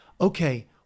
okay